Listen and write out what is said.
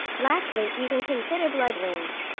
lastly, you can consider blood wings.